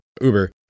Uber